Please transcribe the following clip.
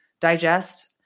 digest